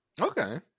Okay